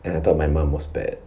and I thought my mum was bad